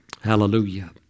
Hallelujah